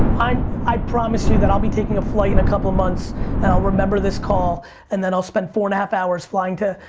um i promise you that i'll be taking a flight in a couple of months and i'll remember this call and then i'll spend four and a half hours flying to,